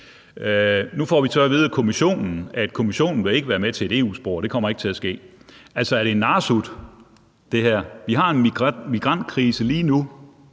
Nu får vi så at vide af Kommissionen, at Kommissionen ikke vil være med til et EU-spor – det kommer ikke til at ske. Altså, er det her en narresut? Vi har en migrantkrise lige nu,